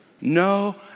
No